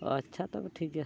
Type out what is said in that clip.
ᱟᱪᱪᱷᱟ ᱛᱚᱵᱮ ᱴᱷᱤᱠ ᱜᱮᱭᱟ